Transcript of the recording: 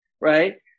right